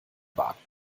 wagt